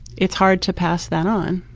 it's hard to pass that on.